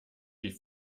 die